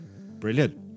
brilliant